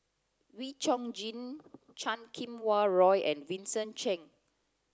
Wee Chong Jin Chan Kum Wah Roy and Vincent Cheng